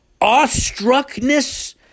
awestruckness